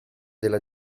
della